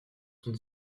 sont